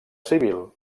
civil